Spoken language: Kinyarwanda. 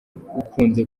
ukunze